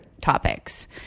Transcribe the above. topics